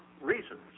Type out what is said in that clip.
reasons